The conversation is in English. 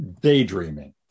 daydreaming